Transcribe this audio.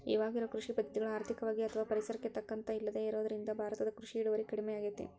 ಇವಾಗಿರೋ ಕೃಷಿ ಪದ್ಧತಿಗಳು ಆರ್ಥಿಕವಾಗಿ ಅಥವಾ ಪರಿಸರಕ್ಕೆ ತಕ್ಕಂತ ಇಲ್ಲದೆ ಇರೋದ್ರಿಂದ ಭಾರತದ ಕೃಷಿ ಇಳುವರಿ ಕಡಮಿಯಾಗೇತಿ